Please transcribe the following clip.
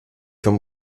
vom